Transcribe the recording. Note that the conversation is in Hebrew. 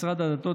משרד הדתות,